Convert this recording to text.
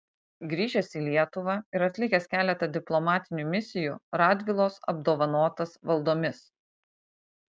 grįžęs į lietuvą ir atlikęs keletą diplomatinių misijų radvilos apdovanotas valdomis